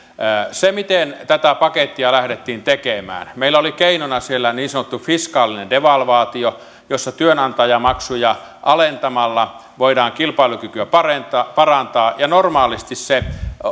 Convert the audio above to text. miten tätä pakettia lähdettiin tekemään meillä oli keinona siellä niin sanottu fiskaalinen devalvaatio jossa työnantajamaksuja alentamalla voidaan kilpailukykyä parantaa parantaa ja